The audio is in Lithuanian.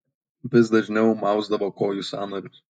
vis dažniau mausdavo kojų sąnarius